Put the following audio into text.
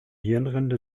hirnrinde